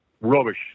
Rubbish